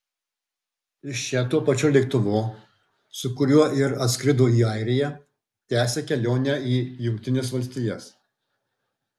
iš čia tuo pačiu lėktuvu su kuriuo ir atskrido į airiją tęsia kelionę į jungtines valstijas